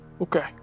Okay